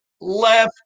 left